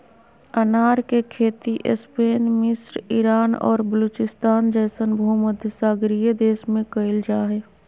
अनार के खेती स्पेन मिस्र ईरान और बलूचिस्तान जैसन भूमध्यसागरीय देश में कइल जा हइ